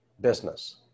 business